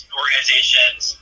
organizations